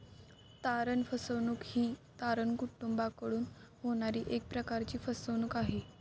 तारण फसवणूक ही तारण कुटूंबाकडून होणारी एक प्रकारची फसवणूक आहे